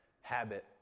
habit